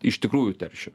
iš tikrųjų teršia